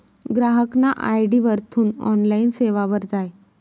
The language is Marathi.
ग्राहकना आय.डी वरथून ऑनलाईन सेवावर जाय